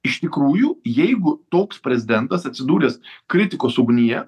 iš tikrųjų jeigu toks prezidentas atsidūręs kritikos ugnyje